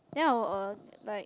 then I will uh like